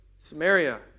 Samaria